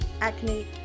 acne